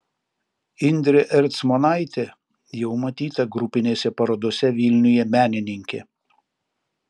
indrė ercmonaitė jau matyta grupinėse parodose vilniuje menininkė